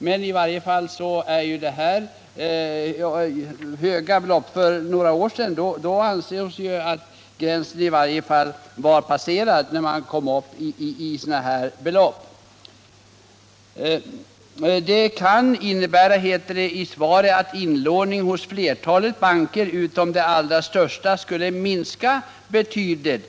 Det är i varje fall här fråga om höga räntesatser, och för några år sedan ansågs att gränsen för ockerränta var passerad när man kom upp i sådana här räntor. ”Det kan innebära”, heter det i svaret, ”att inlåningen hos flertalet banker utom de allra största skulle minska betydligt.